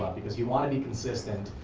because you want to be consistent.